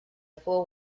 fool